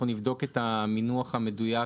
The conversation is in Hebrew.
אנחנו נבדוק את המינוח המדויק,